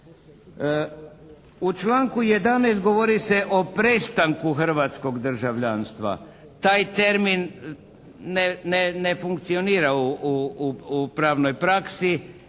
U članku 11. govori se o prestanku hrvatskog državljanstva. Taj termin ne funkcionira u pravnoj praksi